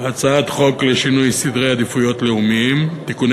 הצעת חוק לשינוי סדרי עדיפויות לאומיים (תיקוני